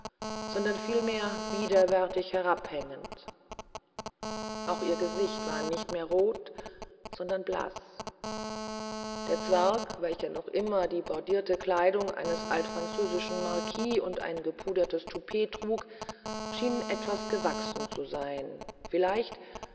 sondern vielmehr widerwärtig herabhängend auch ihr gesicht war nicht mehr rot sondern blaß der zwerg welcher noch immer die brodierte kleidung eines altfranzösischen marquis und ein gepudertes toupet trug schien etwas gewachsen zu sein vielleicht